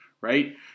right